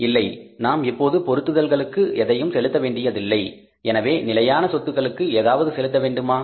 இல்லை நாம் இப்போது பொருத்துதல்களுக்கு எதையும் செலுத்த வேண்டியதில்லை எனவே நிலையான செலவுகளுக்கு ஏதாவது செலுத்த வேண்டுமா